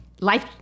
Life